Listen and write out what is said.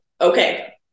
Okay